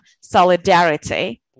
solidarity